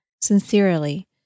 Sincerely